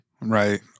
Right